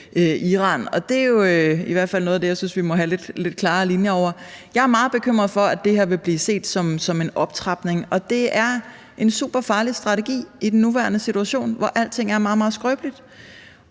fald noget af det, jeg synes vi må have lidt klare linjer over. Jeg er meget bekymret for, at det her vil blive set som en optrapning, og det er en super farlig strategi i den nuværende situation, hvor alting er meget, meget skrøbeligt.